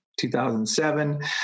2007